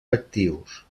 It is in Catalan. actius